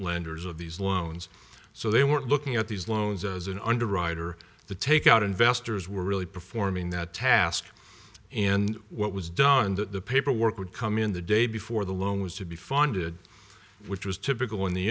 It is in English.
lenders of these loans so they weren't looking at these loans as an underwriter the take out investors were really performing that task and what was done that the paperwork would come in the day before the loan was to be funded which was typical in the